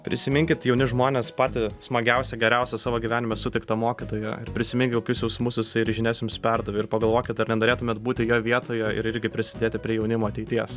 prisiminkit jauni žmonės patį smagiausią geriausią savo gyvenime sutikto mokytoją ir prisiminkit kokius jausmus jis ir žinias jums perdavė ir pagalvokit ar nenorėtumėt būti jo vietoje ir irgi prisidėti prie jaunimo ateities